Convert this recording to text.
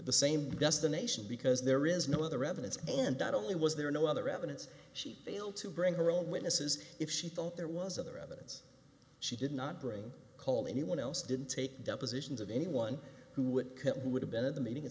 the same destination because there is no other evidence and not only was there no other evidence she failed to bring her own witnesses if she thought there was other evidence she did not bring call anyone else didn't take depositions of anyone who would who would have been at the meeting